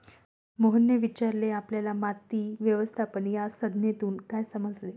मोहनने विचारले आपल्याला माती व्यवस्थापन या संज्ञेतून काय समजले?